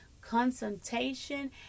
consultation